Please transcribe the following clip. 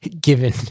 given